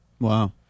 Wow